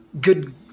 good